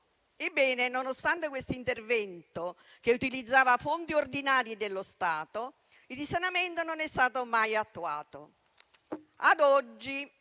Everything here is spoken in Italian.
Ebbene, nonostante questo intervento, che utilizzava fondi ordinari dello Stato, il risanamento non è stato mai attuato. Ad oggi,